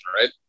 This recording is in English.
right